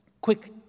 quick